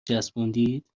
چسبوندید